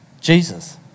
Jesus